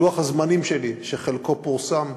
בלוח הזמנים שלי, שחלקו פורסם,